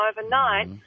overnight